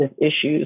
issues